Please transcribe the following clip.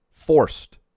forced